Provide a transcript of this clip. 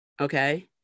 Okay